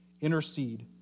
Intercede